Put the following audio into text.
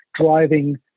driving